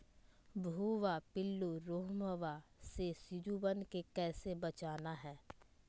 भुवा पिल्लु, रोमहवा से सिजुवन के कैसे बचाना है?